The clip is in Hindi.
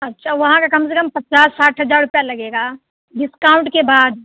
अच्छा वहाँ का कम से कम पचास साठ हज़ार रुपये लगेगा डिस्काउंट के बाद